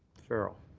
farrell.